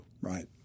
Right